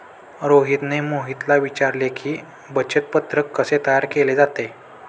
रोहितने मोहितला विचारले की, बचत पत्रक कसे तयार केले जाते?